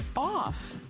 off.